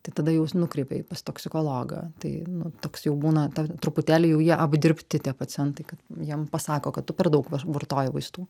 tai tada jau s nukreipia į pas toksikologą tai nu toks jau būna ta truputėlį jau jie apdirbti tie pacientai kad jiem pasako kad tu per daug var vartoji vaistų